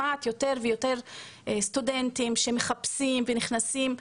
אני שומעת יותר ויותר סטודנטים שמחפשים ונכנסים,